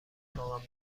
اتاقم